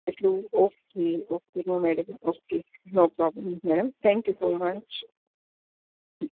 એટલું okay okay no madam okay no problem madam thank you so much